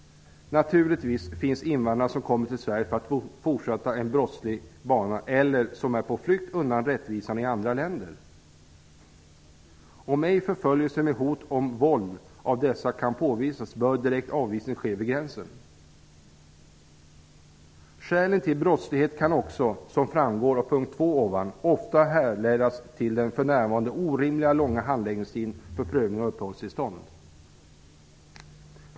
Naturligtvis finns invandrare som kommer till Sverige för att fortsätta en brottslig bana eller som är på flykt undan rättvisan i andra länder. Om ej förföljelse med hot om våld av dessa kan påvisas, bör direkt avvisning ske vid gränsen. Skälen till brottslighet kan också, som framgår av punkt 2. ovan, ofta härledas till den för närvarande orimligt långa handläggningstiden för prövning av uppehållstillstånd.